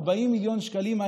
40 מיליון שקלים,